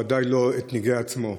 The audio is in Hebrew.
בוודאי לא את נגעי עצמו.